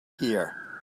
here